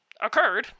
occurred